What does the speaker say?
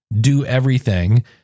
do-everything